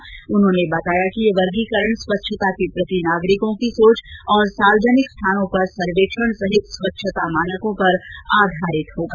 श्री अय्यर ने बताया कि यह वर्गीकरण स्वच्छता के प्रति नागरिकों की सोच और सार्वजनिकस्थानों पर सर्वेक्षण सहित स्वच्छता मानकों पर आधारित होगा